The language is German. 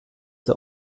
der